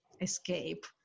escape